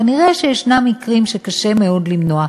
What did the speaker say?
כנראה ישנם מקרים שקשה מאוד למנוע.